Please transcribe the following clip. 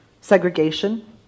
Segregation